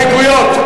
ההסתייגויות?